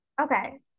Okay